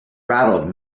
rattled